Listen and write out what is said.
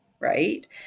right